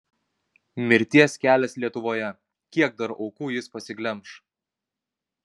mirties kelias lietuvoje kiek dar aukų jis pasiglemš